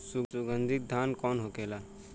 सुगन्धित धान कौन होखेला?